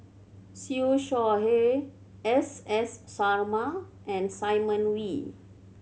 Siew Shaw Her S S Sarma and Simon Wee